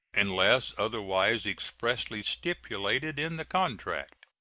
unless otherwise expressly stipulated in the contract.